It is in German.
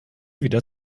wieder